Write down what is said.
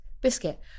Biscuit